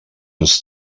ens